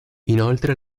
inoltre